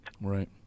Right